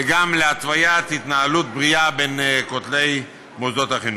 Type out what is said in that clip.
וגם להתוויית התנהלות בריאה בין כותלי מוסדות החינוך.